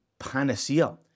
panacea